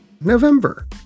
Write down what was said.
November